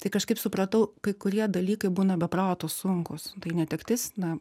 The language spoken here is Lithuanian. tai kažkaip supratau kai kurie dalykai būna be proto sunkūs tai netektis na